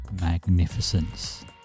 magnificence